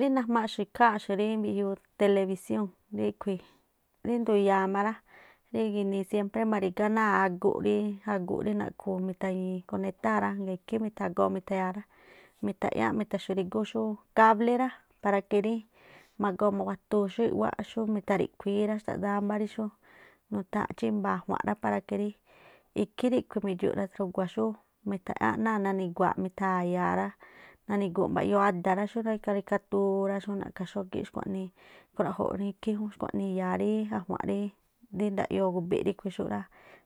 Ríí najmaaꞌxu̱ ikháa̱nꞌxu̱ rí mbiꞌjiuu telebisiúu̱n, ríꞌkhui̱ rí ndu̱ya̱a má rá rí ginii síempré ma̱ri̱gá náa̱ aguꞌ rí aguꞌ rí naꞌkhu̱u̱ mithañii̱ konetar rá, ngaa̱ ikhí mithagoo ithaya̱a rá, mitha̱ꞌyáꞌ mi̱tha̱xu̱rígú xú káblí rá para que rí mago̱o mawatuun xú i̱ꞌwáꞌ xú mitha̱riꞌkhuíí rá xtaꞌdáá mbá rí xú nutháa̱n chímba̱a̱ ajua̱nꞌ rá para que rí ikhí ríꞌkhui̱ mi̱dxu̱ rathrugua xú mi̱tha̱ꞌyáꞌ náa̱ nani̱gua̱a̱ꞌ mitha̱ya̱a rá, nani̱gu̱u̱ꞌ mbaꞌyoo ada̱ rá xurí karikaturá xu naꞌkha̱ xógíꞌ xkhuaꞌnii ikhruaꞌjo̱ꞌ rí ikhí jún. Xkuaꞌnii iya̱a rí a̱juanꞌ rí ndayoo gu̱bi̱ꞌ ríꞌkhui̱ xúꞌ rá,